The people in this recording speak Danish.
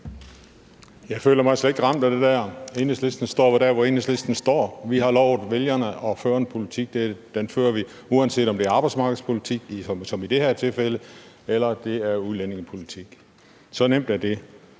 Jeg føler mig slet ikke ramt af det der. Enhedslisten står der, hvor Enhedslisten står. Vi har lovet vælgerne at føre en politik, og den fører vi, uanset om det er arbejdsmarkedspolitik som i det her tilfælde, eller det er udlændingepolitik. Så nemt er det.